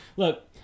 Look